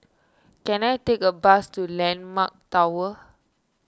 can I take a bus to Landmark Tower